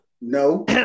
No